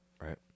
right